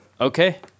Okay